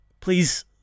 Please